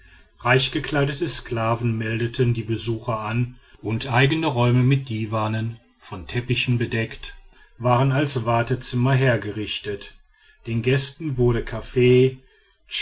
reichgekleidete sklaven meldeten die besucher an und eigene räume mit diwanen von teppichen bedeckt waren als wartezimmer hergerichtet den gästen wurde kaffee